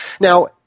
Now